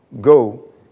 Go